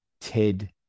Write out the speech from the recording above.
Ted